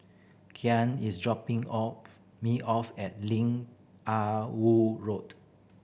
Karyn is dropping off me off at Lim Ah Woo Road